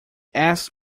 asked